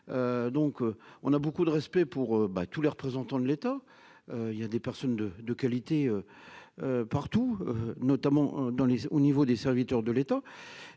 Nous avons beaucoup de respect pour tous les représentants de l'État. Il y a des personnes de qualité partout, notamment parmi les serviteurs de l'État,